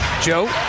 Joe